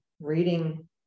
reading